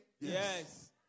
Yes